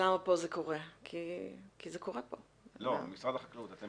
משרד החקלאות, אתם